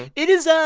it is ah